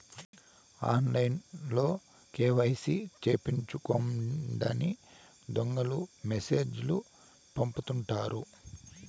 ఆన్లైన్లో కేవైసీ సేపిచ్చుకోండని దొంగలు మెసేజ్ లు పంపుతుంటారు